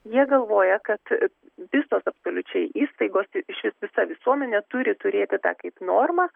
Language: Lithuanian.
jie galvoja kad visos absoliučiai įstaigos ir išvis visa visuomenė turi turėti tą kaip normą